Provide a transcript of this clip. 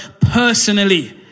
personally